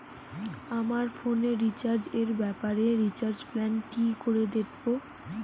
আমার ফোনে রিচার্জ এর ব্যাপারে রিচার্জ প্ল্যান কি করে দেখবো?